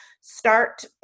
start